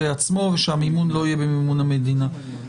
ושהמימון לא יהיה במימון המדינה.